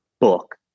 book